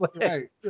right